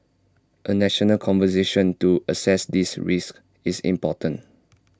A national conversation to assess these risks is important